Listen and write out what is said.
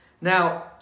Now